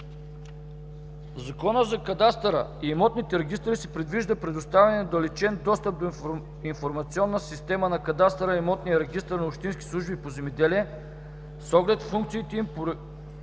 Закона за кадастъра и имотния регистър се предвижда предоставяне на отдалечен достъп до информационната система на кадастъра и имотния регистър на общинските служби по земеделие с оглед функциите им по